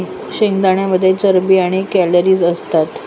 शेंगदाण्यांमध्ये चरबी आणि कॅलरीज असतात